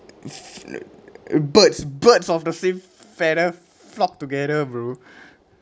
f~ birds birds of the same feather flock together bro